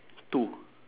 two